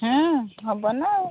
ହେବ ନା ଆଉ